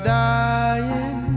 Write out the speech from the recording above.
dying